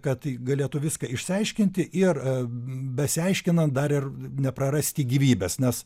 kad ji galėtų viską išsiaiškinti ir besiaiškinant dar ir neprarasti gyvybės nes